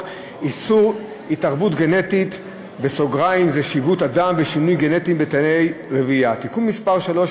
איסור התערבות גנטית (שיבוט אדם ושינוי גנטי בתאי רבייה) (תיקון מס' 3),